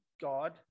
God